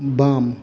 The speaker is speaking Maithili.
बाम